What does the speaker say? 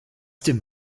dem